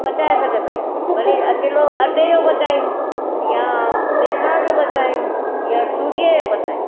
पचाइ सघंदा आहियूं भले चीलो अटे जो पचायूं या बेसण जो पचायूं या सुजी जो पचायूं